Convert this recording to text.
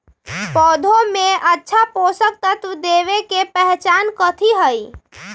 पौधा में अच्छा पोषक तत्व देवे के पहचान कथी हई?